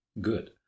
good